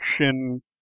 action